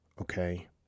Okay